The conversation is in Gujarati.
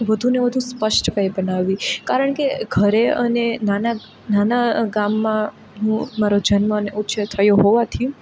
વધુને વધુ સ્પષ્ટ મેં બનાવી કારણ કે ઘરે અને નાનાં નાનાં ગામમાં હું મારો જન્મ અને ઉછેર થયો હોવાથી